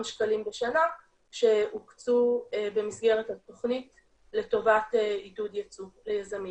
שקלים בשנה שהוקצו במסגרת התוכנית לטובת עידוד יצוא ליזמים.